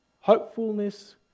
Hopefulness